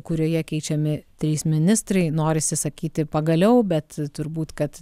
kurioje keičiami trys ministrai norisi sakyti pagaliau bet turbūt kad